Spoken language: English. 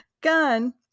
Gun